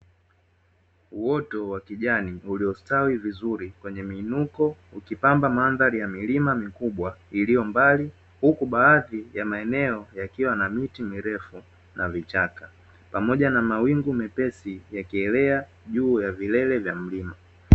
Uoto wa kijani uliostawi vizuri kwenye miinuko ukipamba mandhari ya milima mikubwa iliyo mbali huku baadhi ya maeneo yakiwa na miji mirefu na vichaka pamoja na mawingu mepesi yakielea juu ya vilele vya mlima.